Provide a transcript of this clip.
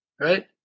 Right